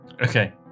Okay